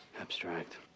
abstract